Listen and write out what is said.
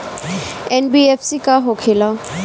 NBFC का होंखे ला?